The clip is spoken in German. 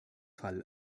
fall